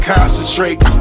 Concentrate